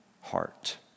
heart